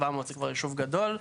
700 זה כבר יישוב גדול.